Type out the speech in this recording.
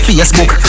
Facebook